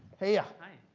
hey, ya! hi.